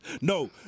No